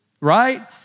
right